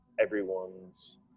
everyone's